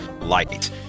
light